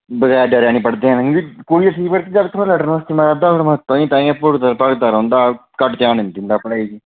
बगैर डरै निं पढ़दे हैन जागत् लड्डर मस्ती मारदा होग ताहीं तुआहीं पुड़कदा रौंह्दा ओह् घट्ट ध्यान दिंदा पढ़ाई पर